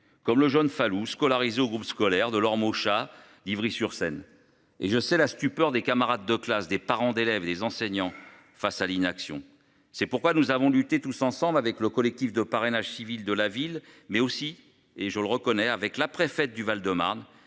comme le jeune Fallout scolarisés au groupe scolaire de leurs moche à d'Ivry-sur-Seine et je c'est la stupeur des camarades de classe des parents d'élèves, des enseignants face à l'inaction. C'est pourquoi nous avons lutté tous ensemble avec le collectif de parrainage civil de la ville mais aussi et je le reconnais, avec la préfète du Val-de-Marne